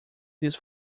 this